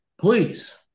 Please